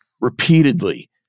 repeatedly